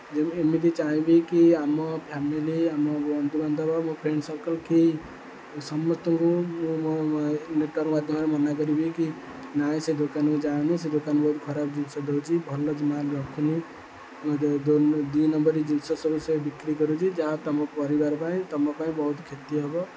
ଯେ ଏମିତି ଚାହିଁବି କି ଆମ ଫ୍ୟାମିଲି ଆମ ବନ୍ଧୁବାନ୍ଧବ ମୋ ଫ୍ରେଣ୍ଡ୍ ସର୍କଲ୍ କି ସମସ୍ତଙ୍କୁ ମୁଁ ମୋ ନେଟ୍ୱାର୍କ୍ ମାଧ୍ୟମରେ ମନା କରିବି କି ନାଇଁ ସେ ଦୋକାନକୁ ଯାଅନି ସେ ଦୋକାନ ବହୁତ ଖରାପ ଜିନିଷ ଦେଉଛି ଭଲ ମାଲ୍ ରଖୁନି ଦୁଇ ନମ୍ବରି ଜିନିଷ ସବୁ ସେ ବିକ୍ରି କରୁଛି ଯାହା ତୁମ ପରିବାର ପାଇଁ ତୁମ ପାଇଁ ବହୁତ କ୍ଷତି ହେବ